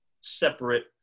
separate